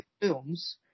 films